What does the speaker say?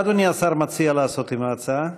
מה אדוני מציע לעשות עם ההצעה?